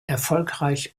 erfolgreich